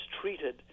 treated